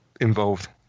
involved